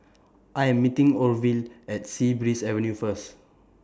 I Am meeting Orvil At Sea Breeze Avenue First